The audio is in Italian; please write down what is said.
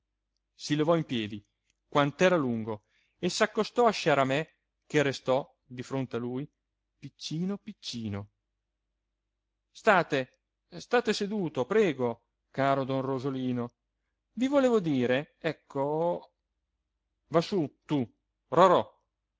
si levò in piedi quant'era lungo e s'accostò a sciaramè che restò di fronte a lui piccino piccino state state seduto prego caro don osolino i volevo dire ecco va su tu rorò